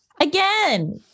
Again